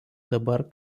dabar